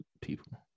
people